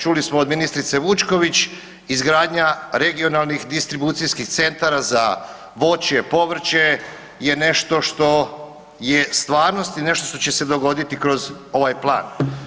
Čuli smo od ministrice Vučković, izgradnja regionalnih distribucijskih centara za voće, povrće je nešto što je stvarnost i nešto što će se dogoditi kroz ovaj plan.